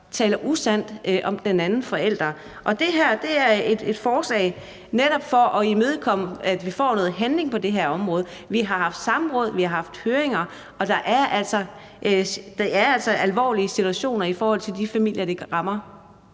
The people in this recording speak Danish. taler usandt om den anden forælder. Det her er netop et forslag for at imødekomme, at vi får noget handling på det område. Vi har haft samråd, vi har haft høringer, og det er altså alvorlige situationer for de familier, det rammer.